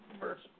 first